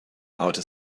outer